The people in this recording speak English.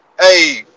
Hey